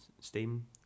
steam